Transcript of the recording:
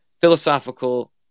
philosophical